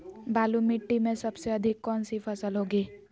बालू मिट्टी में सबसे अधिक कौन सी फसल होगी?